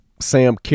sam